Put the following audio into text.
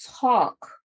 talk